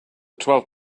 twelve